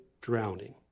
drowning